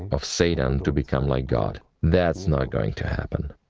of satan to become like god. that's not going to happen.